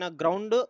ground